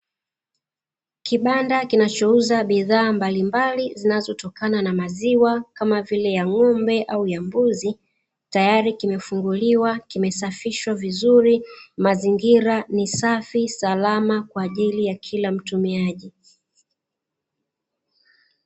Kibanda kinachouza bidhaa mbalimbali zinazotokana na maziwa kama vile ya ng'ombe au ya mbuzi tayari kimefunguliwa, kimesafishwa vizuri, mazingira ni safi, salama kwa ajili ya kila mtumiaji.